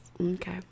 okay